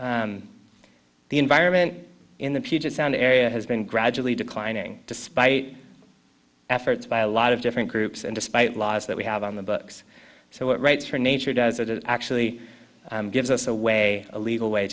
which the environment in the puget sound area has been gradually declining despite efforts by a lot of different groups and despite laws that we have on the books so what rights for nature does it it actually gives us a way a legal way